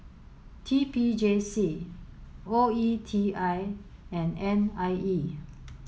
T P J C O E T I and N I E